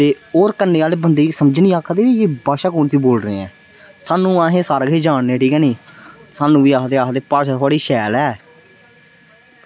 ते और कन्नै आह्ले बंदे गी समझ निं आक्खा दा कि यह भाशा कौन सी बोल रहे हैं सानू असें सारा किश जानने ठीक ऐ निं सानू बी आक्खदे आक्खदे भाशा थोह्ड़ी शैल ऐ